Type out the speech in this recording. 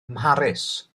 mharis